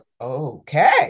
okay